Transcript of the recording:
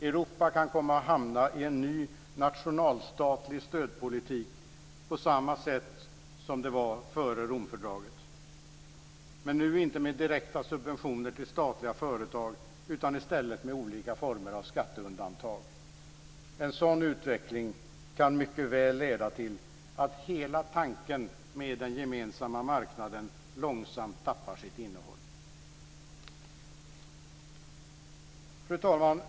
Europa kan komma att hamna i en ny nationalstatlig stödpolitik på samma sätt som före Romfördraget, men nu inte med direkta subventioner till statliga företag utan i stället med olika former av skatteundantag. En sådan utveckling kan mycket väl leda till att hela tanken med den gemensamma marknaden långsamt tappar sitt innehåll. Fru talman!